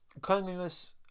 cleanliness